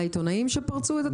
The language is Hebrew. העיתונאים שפרצו את התיחום?